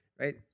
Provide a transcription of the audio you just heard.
Right